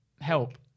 Help